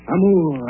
Amour